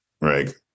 Right